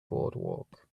boardwalk